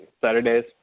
Saturdays